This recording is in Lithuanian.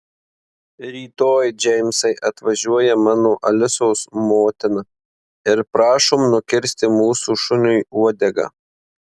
rytoj džeimsai atvažiuoja mano alisos motina ir prašom nukirsti mūsų šuniui uodegą